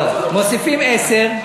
מוסיפים עשר.